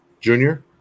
Junior